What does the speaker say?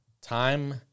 Time